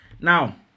now